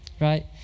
right